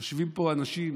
יושבים פה אנשים,